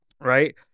Right